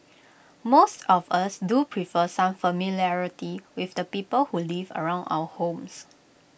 most of us do prefer some familiarity with the people who live around our homes